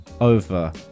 over